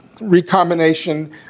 recombination